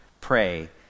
pray